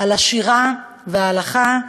על השירה וההלכה,